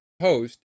host